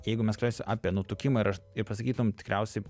jeigu mes kalbėsim apie nutukimą ir aš ir pasakytum tikriausiai